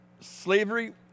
slavery